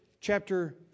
chapter